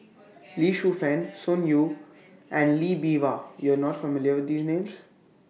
Lee Shu Fen Sun Yee and Lee Bee Wah YOU Are not familiar with These Names